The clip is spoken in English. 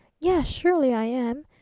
yes, surely i am,